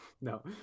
no